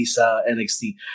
NXT